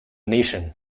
nation